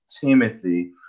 Timothy